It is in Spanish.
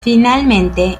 finalmente